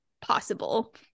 possible